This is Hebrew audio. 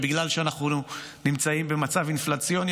ובגלל שאנחנו נמצאים במצב אינפלציוני,